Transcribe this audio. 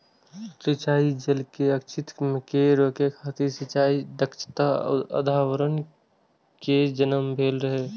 सिंचाइ जल के क्षति कें रोकै खातिर सिंचाइ दक्षताक अवधारणा के जन्म भेल रहै